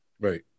Right